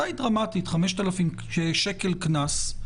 די דרמטית של 5,000 שקלים קנס,